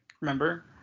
remember